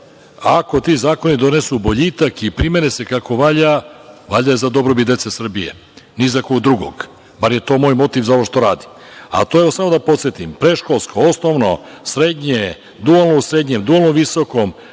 Ako ti zakoni donesu boljitak i primene se kako valja, valjda je za dobrobit dece Srbije, ni za koga drugog, bar je to moj motiv za ovo što radim. To su predškolsko, osnovno, srednje, dualno u srednjem, dualno u visokom,